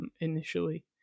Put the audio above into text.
initially